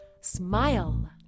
Smile